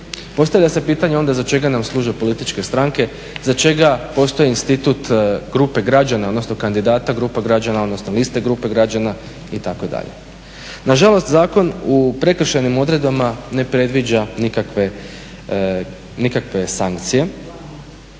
Postavlja se pitanje onda za čega nam služe političke stranke, za čega postoji institut grupe građana, odnosno kandidata grupa građana, odnosno liste grupe građana itd. Na žalost zakon u prekršajnim odredbama ne predviđa nikakve sankcije,